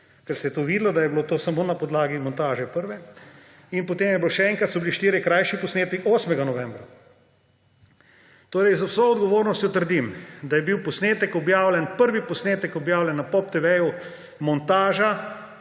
ker se je vidilo, da je bilo to samo na podlagi prve montaže, in potem je bilo še enkrat, so bili štirje krajši posnetki 8. novembra. Torej, z vso odgovornostjo trdim, da je bil prvi posnetek, objavljen na POP TV, montaža,